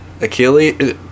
Achilles